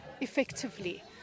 effectively